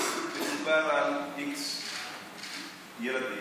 על x ילדים.